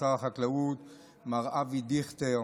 שר החקלאות מר אבי דיכטר,